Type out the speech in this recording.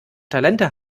talente